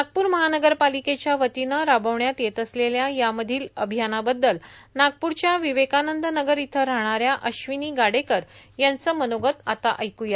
नागपूर महानगरपालिकेच्या वतीनं राबविण्यात येत असलेल्या यामधील अभियानाबद्दल नागपूरच्या विवेकानंद नगर इथं राहणाऱ्या अश्विनी गाडेकर यांचं मनोगत आता ऐकू या